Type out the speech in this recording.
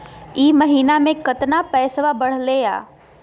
ई महीना मे कतना पैसवा बढ़लेया?